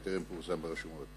וטרם פורסם ברשומות.